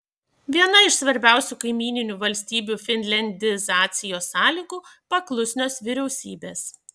viena iš svarbiausių kaimyninių valstybių finliandizacijos sąlygų paklusnios vyriausybės